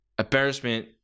Embarrassment